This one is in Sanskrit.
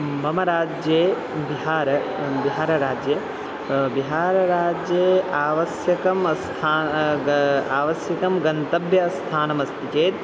मम राज्ये बिहार बिहारराज्ये बिहारराज्ये आवश्यकम् स्थानं द आवश्यकं गन्तव्यं स्थानमस्ति चेत्